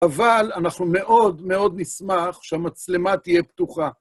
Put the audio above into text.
אבל אנחנו מאוד מאוד נשמח שהמצלמה תהיה פתוחה.